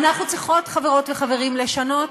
אנחנו צריכות, חברות וחברים, לשנות,